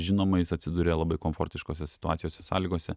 žinomais atsiduria labai komfortiškose situacijose sąlygose